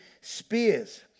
spears